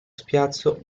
spiazzo